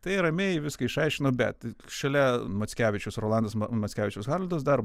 tai ramiai viską išaiškino bet šalia mackevičius rolandas mackevičius haroldas dar